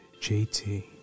JT